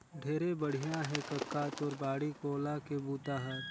ढेरे बड़िया हे कका तोर बाड़ी कोला के बूता हर